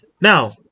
Now